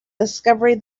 discovery